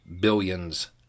billions